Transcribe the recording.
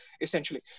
essentially